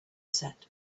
set